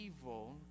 evil